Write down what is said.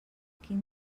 quin